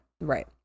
Right